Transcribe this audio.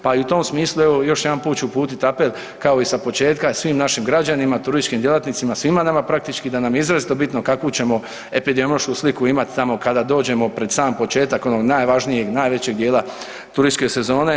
Pa i u tom smislu evo još jedan put ću uputiti apel kao i sa početka svim naših građanima, turističkim djelatnicima, svima nama praktički da nam je izrazito bitno kakvu ćemo epidemiološku sliku imati tamo kada dođemo pred sam početak onog najvažnijeg i najvećeg dijela turističke sezone.